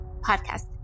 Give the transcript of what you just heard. Podcast